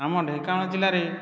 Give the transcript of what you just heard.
ଆମ ଢ଼େଙ୍କାନାଳ ଜିଲ୍ଲାରେ